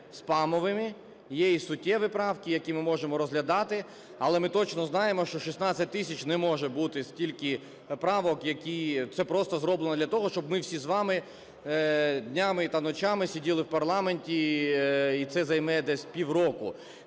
є спамовими, є і суттєві правки, які ми можемо розглядати, але ми точно знаємо, що 16 тисяч - не може бути стільки правок. Це просто зроблено для того, щоб ми всі з вами днями та ночами сиділи в парламенті, і це займе десь півроку.